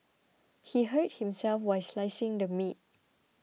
he hurt himself while slicing the meat